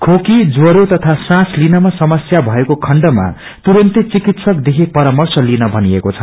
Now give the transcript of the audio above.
खेकी ज्वरो तथा साँस लिनमा समस्या भएको खण्डमा तुरून्तै चिकित्साकदेखि पराम्रश लिन भनिकऐ छ